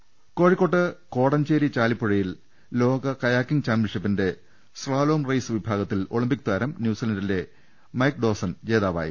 രുവെട്ടറു കോഴിക്കോട് കോടഞ്ചേരി ചാലിപ്പുഴയിൽ ലോക കയാക്കിംഗ് ചാമ്പ്യൻഷി പ്പിന്റെ സ്ലാലോം റെയ്സ് വിഭാഗത്തിൽ ഒളിംപിക് താരം ന്യൂസിലന്റിലെ മൈക്ഡോസൻ ജേതാവായി